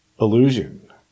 illusion